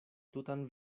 tutan